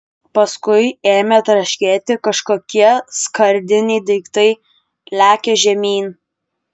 paskui ėmė tarškėti kažkokie skardiniai daiktai lekią žemyn